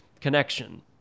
connection